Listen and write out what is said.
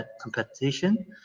Competition